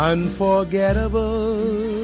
Unforgettable